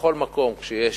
בכל מקום כשיש